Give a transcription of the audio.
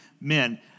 men